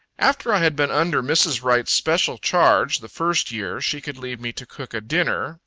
after i had been under mrs. wright's special charge the first year, she could leave me to cook a dinner,